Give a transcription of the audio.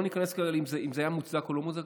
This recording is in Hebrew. ולא ניכנס כרגע למוצדק או לא מוצדק,